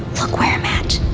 look where i'm at.